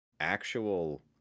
actual